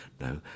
No